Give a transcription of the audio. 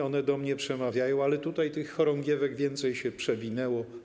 One do mnie przemawiają, ale tutaj tych chorągiewek więcej się przewinęło.